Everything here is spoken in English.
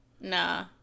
Nah